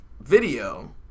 video